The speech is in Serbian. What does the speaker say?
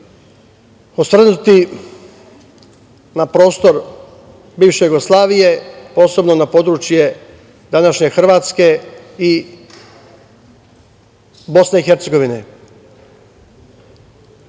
osvrnuti na prostor bivše Jugoslavije, posebno na područje današnje Hrvatske i BiH, postoje